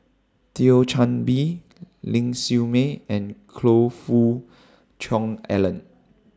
Thio Chan Bee Ling Siew May and Choe Fook Cheong Alan